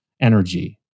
energy